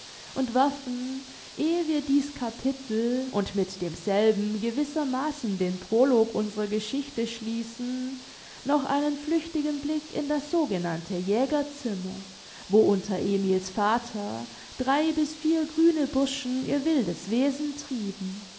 und werfen ehe wir dieß capitel und mit demselben gewissermaßen den prolog unserer geschichte schließen noch einen flüchtigen blick in das sogenannte jägerzimmer wo unter emil's vater drei bis vier grüne burschen ihr wildes wesen trieben